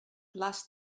last